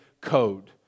Code